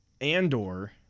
Andor